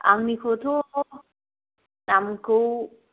आंनिखौथ' नामखौ